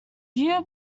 view